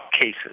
cases